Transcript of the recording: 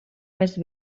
més